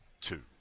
two